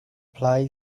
play